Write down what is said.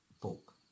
folk